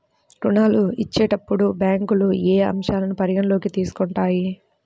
ఋణాలు ఇచ్చేటప్పుడు బ్యాంకులు ఏ అంశాలను పరిగణలోకి తీసుకుంటాయి?